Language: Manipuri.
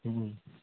ꯎꯝ